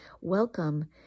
welcome